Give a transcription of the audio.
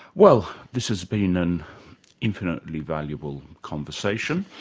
well, this has been an infinitely valuable conversation.